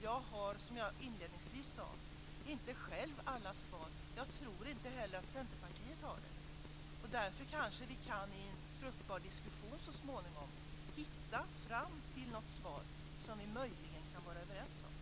Jag har, som jag inledningsvis sade, inte själv alla svar. Jag tror inte heller att Centerpartiet har dem. Därför kanske vi kan hitta fram till ett svar i en fruktbar diskussion och möjligen bli överens om det.